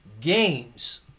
games